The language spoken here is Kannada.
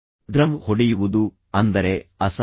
ಡ್ರಮ್ ಹೊಡೆಯುವುದು ಅಂದರೆ ಅಸಹನೆ